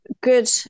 good